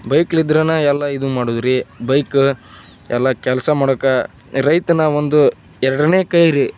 ಬೈಕ್ಲಿದ್ರೇನ ಎಲ್ಲ ಇದು ಮಾಡೋದ್ರಿ ಬೈಕು ಎಲ್ಲ ಕೆಲಸ ಮಾಡೋಕ್ಕೆ ರೈತನ ಒಂದು ಎರಡನೇ ಕೈ ರೀ